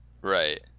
right